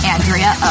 Andrea